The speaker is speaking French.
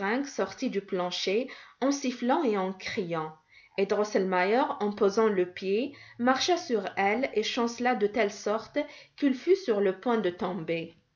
sortit du plancher en sifflant et en criant et drosselmeier en posant le pied marcha sur elle et chancela de telle sorte qu'il fut sur le point de tomber